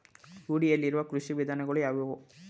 ರೂಢಿಯಲ್ಲಿರುವ ಕೃಷಿ ವಿಧಾನಗಳು ಯಾವುವು?